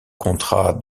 contrats